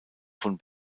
von